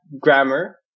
grammar